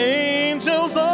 angels